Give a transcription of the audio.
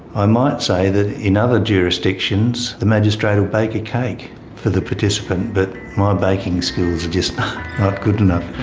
i might say that in other jurisdictions the magistrate will bake a cake for the participant. but my baking skills are just not good enough.